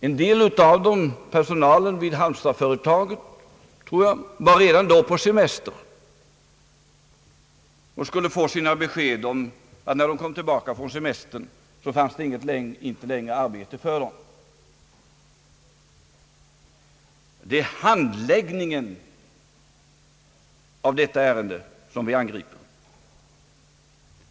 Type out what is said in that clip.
En del av dem, personalen vid Halmstadsföretaget, var redan på semester och skulle när de kom tillbaka från semestern få besked om att då fanns det inte längre något arbete för dem. Det är handläggningen av detta ärende som vi angriper.